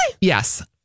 Yes